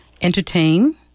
entertain